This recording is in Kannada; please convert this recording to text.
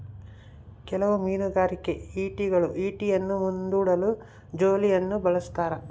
ಕೆಲವು ಮೀನುಗಾರಿಕೆ ಈಟಿಗಳು ಈಟಿಯನ್ನು ಮುಂದೂಡಲು ಜೋಲಿಯನ್ನು ಬಳಸ್ತಾರ